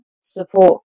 support